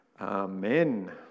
Amen